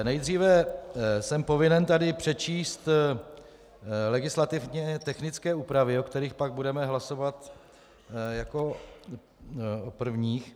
Nejdříve jsem povinen tady přečíst legislativně technické úpravy, o kterých pak budeme hlasovat jako o prvních.